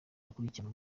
akurikirana